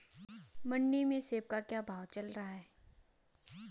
मंडी में सेब का क्या भाव चल रहा है?